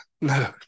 No